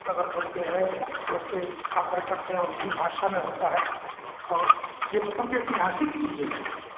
प्रगट होते हैं एक तरह से आकर करते हैं और द्विभाषा में होता है और ये मतलब की ऐतिहासिक चीजे हैं